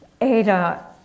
Ada